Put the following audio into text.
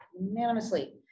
unanimously